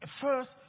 First